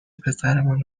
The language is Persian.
پسرمان